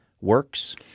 works